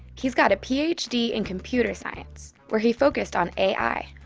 he's got a ph d. in computer science, where he focused on ai.